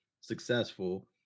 successful